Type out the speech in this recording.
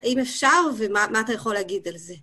אם אפשר ומה אתה יכול להגיד על זה?